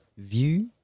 View